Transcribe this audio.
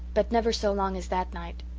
but never so long as that night.